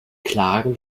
klagen